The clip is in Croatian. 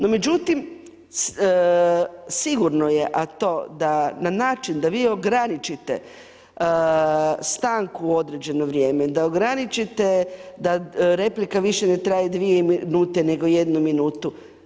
No međutim, sigurno je, a to na način da vi ograničite tanku u određeno vrijeme, da ograničite da replika više ne traje dvije minute nego jednu minutu.